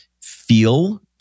feel